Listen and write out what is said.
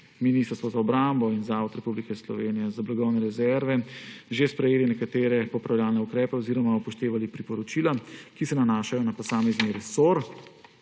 Ministrstvo za obrambo in Zavod Republike Slovenije za blagovne rezerve že sprejeli nekatere popravljalne ukrepe oziroma upoštevali priporočila, ki se nanašajo na posamezni